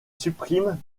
supprime